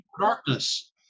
darkness